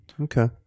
Okay